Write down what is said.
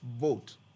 vote